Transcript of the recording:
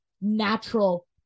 natural